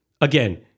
again